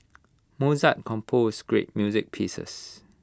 Mozart composed great music pieces